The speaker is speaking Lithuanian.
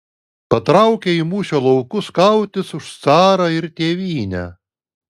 patraukė į mūšio laukus kautis už carą ir tėvynę